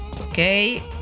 Okay